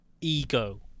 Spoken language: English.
Ego